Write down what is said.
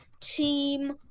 Team